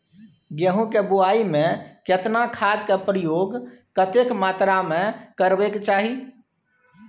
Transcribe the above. गेहूं के बुआई में केना खाद के प्रयोग कतेक मात्रा में करबैक चाही?